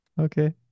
Okay